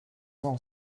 ans